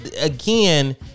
again